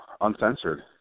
uncensored